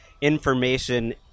information